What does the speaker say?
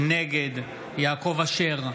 נגד יעקב אשר,